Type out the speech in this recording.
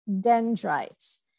dendrites